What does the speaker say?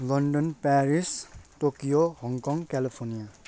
London Paris Tokyo Hong Kong California